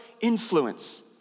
influence